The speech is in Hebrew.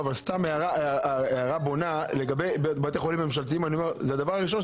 אבל סתם הערה בונה --- נכון, אתה